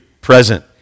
present